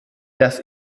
das